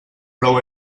prou